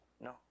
no